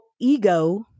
ego